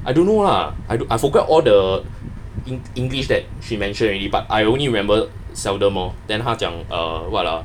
I don't know ah I don't I forget all the eng~ english that she mentioned already but I only remember seldom lor then 他讲 err what ah